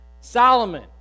Solomon